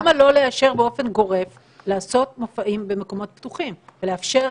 למה לא לאשר באופן גורף לעשות מופעים במקומות פתוחים ולאפשר,